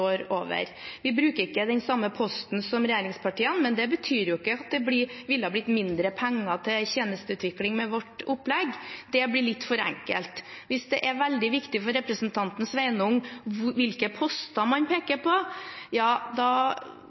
over. Vi bruker ikke den samme posten som regjeringspartiene, men det betyr ikke at det ville blitt mindre penger til tjenesteutvikling med vårt opplegg. Det blir litt for enkelt. Hvis det er veldig viktig for representanten Sveinung Stensland hvilke poster man peker på, da